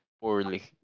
poorly